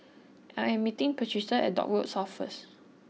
I am meeting Patricia at Dock Road South first